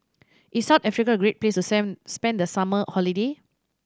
is South Africa a great place to spend spend the summer holiday